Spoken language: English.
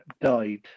died